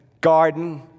garden